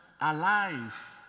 alive